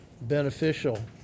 beneficial